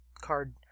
card